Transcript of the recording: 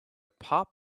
pop